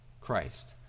Christ